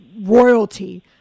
royalty